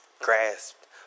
grasped